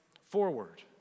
forward